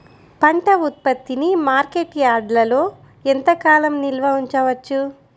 పంట ఉత్పత్తిని మార్కెట్ యార్డ్లలో ఎంతకాలం నిల్వ ఉంచవచ్చు?